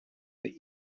the